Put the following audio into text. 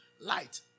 Light